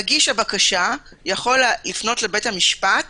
מגיש הבקשה יכול לפנות לבית המשפט